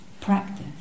practice